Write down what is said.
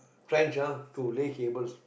clench ah to lay cables